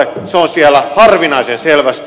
se on siellä harvinaisen selvästi